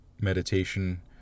meditation